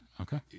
Okay